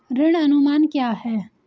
ऋण अनुमान क्या है?